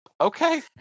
okay